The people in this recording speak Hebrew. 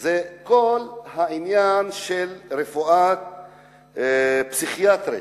זה כל העניין של הרפואה הפסיכיאטרית.